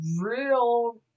real